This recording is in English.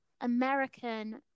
american